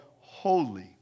Holy